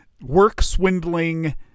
work-swindling